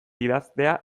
idaztea